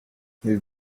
maybe